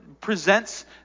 presents